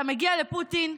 אתה מגיע לפוטין,